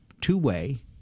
two-way